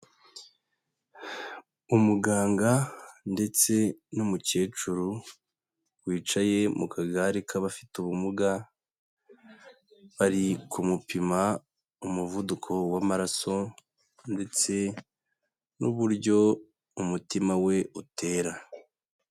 Umuganga ndetse n'umukecuru wicaye mu kagare k'abafite ubumuga, bari kumupima umuvuduko w'amaraso ndetse n'uburyo umutima we utera.